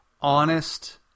honest